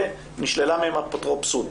ונשללה מהם האפוטרופסות,